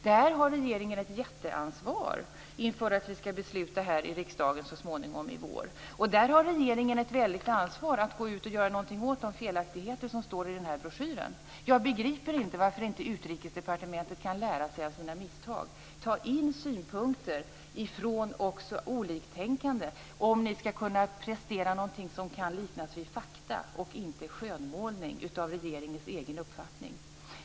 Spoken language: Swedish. Där har regeringen ett jätteansvar inför det beslut som vi skall fatta här i riksdagen i vår. Där har regeringen ett stort ansvar att gå ut och göra någonting åt de felaktigheter som står i den här broschyren. Jag begriper inte varför inte Utrikesdepartementet kan lära sig av sina misstag. Ta in synpunkter också ifrån oliktänkande, om ni skall kunna prestera någonting som kan liknas vid fakta i stället för en skönmålning av regeringens egen uppfattning!